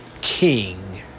king